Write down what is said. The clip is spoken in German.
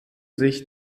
sich